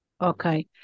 Okay